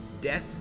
Death